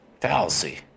Fallacy